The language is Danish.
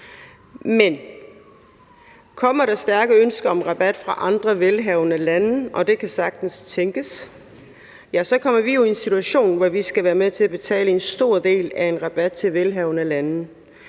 Men kommer der stærke ønsker om rabat fra andre velhavende lande – og det kan sagtens tænkes – kommer vi jo i en situation, hvor vi skal være med til at betale en stor del af en rabat til velhavende lande,